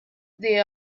they